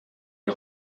est